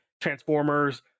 transformers